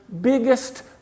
Biggest